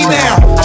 now